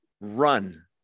run